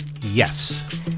Yes